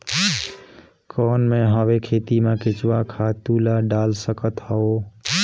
कौन मैं हवे खेती मा केचुआ खातु ला डाल सकत हवो?